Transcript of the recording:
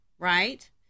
Right